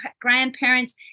grandparents